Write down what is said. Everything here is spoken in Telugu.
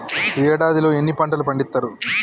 ఏడాదిలో ఎన్ని పంటలు పండిత్తరు?